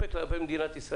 אבל,